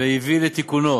כמשרד החינוך,